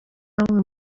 bamwe